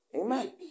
Amen